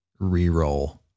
Reroll